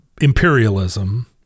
imperialism